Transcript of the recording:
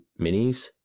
minis